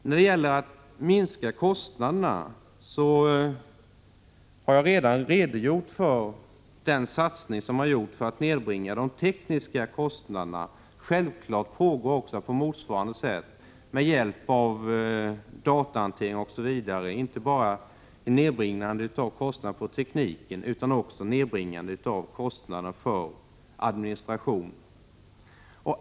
När det gäller att minska kostnaderna har jag redan redogjort för den satsning som gjorts för att nedbringa de tekniska kostnaderna. Självfallet pågår också på motsvarande sätt med hjälp av datahantering osv. ett nedbringande av kostnaderna inte bara för tekniken utan också för administrationen.